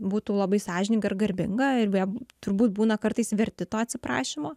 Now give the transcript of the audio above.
būtų labai sąžininga ir garbinga ir beje turbūt būna kartais verti to atsiprašymo